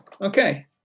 Okay